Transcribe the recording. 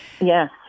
Yes